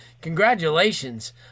congratulations